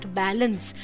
balance